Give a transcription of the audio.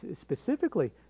specifically